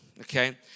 okay